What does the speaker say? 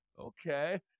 okay